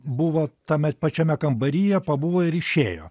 buvo tame pačiame kambaryje pabuvo ir išėjo